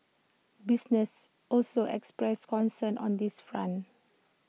businesses also expressed concern on this front